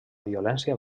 violència